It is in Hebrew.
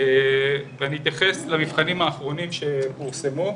ונתייחס למבחנים האחרונים שפורסמו,